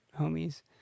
homies